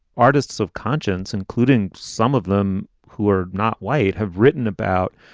artists of conscience, including some of them who are not white, have written about.